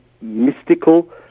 mystical